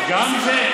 גם זה.